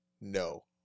No